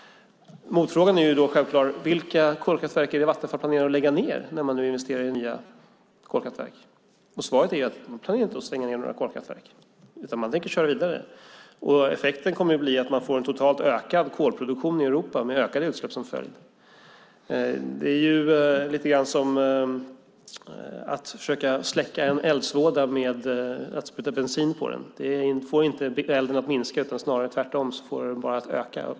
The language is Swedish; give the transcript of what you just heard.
Motfrågan är självklar: Vilka kolkraftverk är det Vattenfall planerar att lägga ned när man nu investerar i nya kolkraftverk? Svaret är att man inte planerar att stänga några kolkraftverk. Man tänker köra vidare. Effekten kommer att bli att man får en totalt sett ökad kolproduktion i Europa med ökade utsläpp som följd. Det är lite grann som att försöka släcka en eldsvåda genom att spruta bensin på den. Det får inte elden att minska; tvärtom kommer den att tillta.